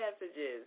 messages